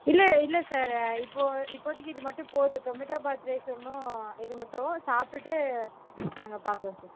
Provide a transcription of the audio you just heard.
இல்லை இல்லை சார் இப்போது இப்போதைக்கி இது மட்டும் போதும் டொமேட்டோ பாத் ரைஸ் ஒன்றும் இது மட்டும் சாப்பிட்டுட்டு நாங்கள் பார்க்குறோம் சார்